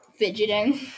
fidgeting